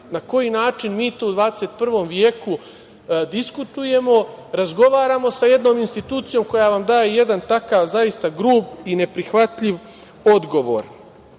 na koji način mi u 21. veku diskutujemo, razgovaramo sa jednom institucijom koja vam daje jedan takav zaista grub i neprihvatljiv odgovor? Što